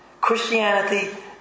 Christianity